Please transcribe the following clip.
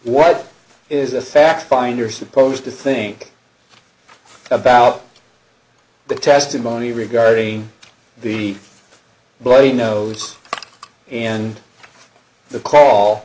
what is a sack finder supposed to think about the testimony regarding the bloody nose and the call